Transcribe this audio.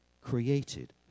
created